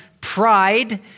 pride